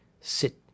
Sit